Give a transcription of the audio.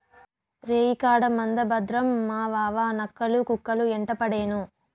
రేయికాడ మంద భద్రం మావావా, నక్కలు, కుక్కలు యెంటపడేను